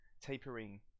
tapering